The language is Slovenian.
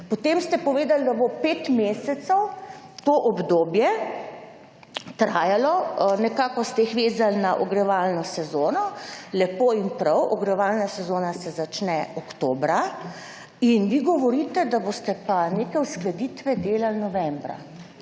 ste povedali, da bo pet mesecev to obdobje trajalo, nekako ste jih vezali na ogrevalno sezono. Lepo in prav, ogrevalna sezona se začne oktobra, vi pa pravite, da boste neke uskladitve delali novembra.